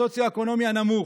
בסוציו-אקונומי הנמוך.